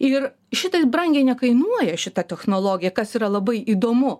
ir šitai brangiai nekainuoja šita technologija kas yra labai įdomu